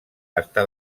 està